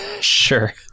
Sure